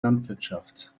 landwirtschaft